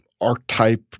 archetype